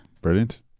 Brilliant